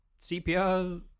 CPR